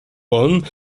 wollen